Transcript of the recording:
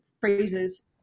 phrases